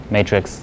matrix